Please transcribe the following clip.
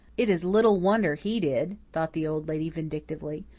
it is little wonder he did, thought the old lady vindictively.